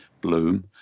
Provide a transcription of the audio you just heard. bloom